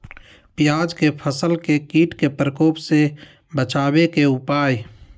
प्याज के फसल के कीट के प्रकोप से बचावे के उपाय?